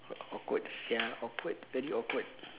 quite awkward sia awkward very awkward